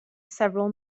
several